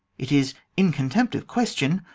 it is, in contempt of question,